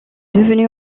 devenu